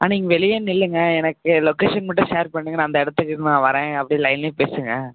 ஆ நீங்கள் வெளியே நில்லுங்கள் எனக்கு லொக்கேஷன் மட்டும் ஷேர் பண்ணுங்கள் நான் அந்த இடத்துக்கு நான் வரேன் அப்படியே லைனில் பேசுங்கள்